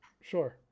Sure